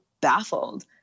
baffled